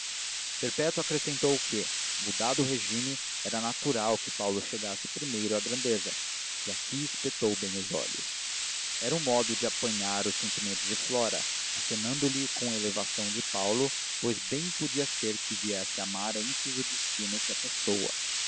perpétua acrescentou que mudado o regímen era natural que paulo chegasse primeiro à grandeza e aqui espetou bem os olhos era um modo de apanhar os sentimentos de flora acenando lhe com a elevação de paulo pois bem podia ser que viesse a amar antes o destino que a pessoa